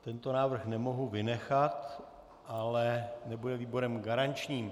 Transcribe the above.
Tento návrh nemohu vynechat, ale nebude výborem garančním.